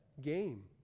game